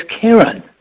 Karen